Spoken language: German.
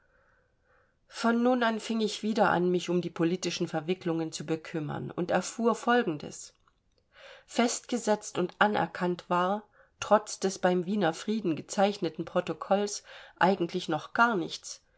von nun an fing ich wieder an mich um die politischen verwicklungen zu bekümmen und erfuhr folgendes festgesetzt und anerkannt war trotz des beim wiener frieden gezeichneten protokolls eigentlich noch gar nichts